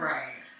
Right